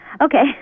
Okay